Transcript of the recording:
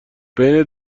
بین